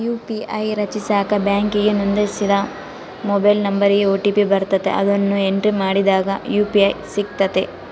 UPI ರಚಿಸಾಕ ಬ್ಯಾಂಕಿಗೆ ನೋಂದಣಿಸಿದ ಮೊಬೈಲ್ ನಂಬರಿಗೆ ಓ.ಟಿ.ಪಿ ಬರ್ತತೆ, ಅದುನ್ನ ಎಂಟ್ರಿ ಮಾಡಿದಾಗ ಯು.ಪಿ.ಐ ಸಿಗ್ತತೆ